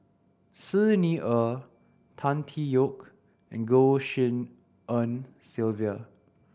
Xi Ni Er Tan Tee Yoke and Goh Tshin En Sylvia